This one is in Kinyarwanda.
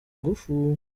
ingufu